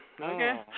Okay